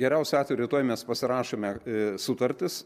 geriausiu atveju rytoj mes pasirašome sutartis